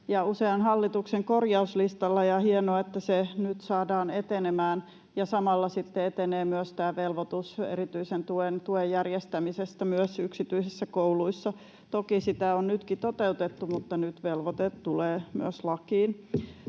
usean hallituksen korjauslistalla, ja on hienoa, että se nyt saadaan etenemään, ja samalla sitten etenee myös tämä velvoitus erityisen tuen järjestämisestä myös yksityisissä kouluissa. Toki sitä on nytkin toteutettu, mutta nyt velvoite tulee myös lakiin.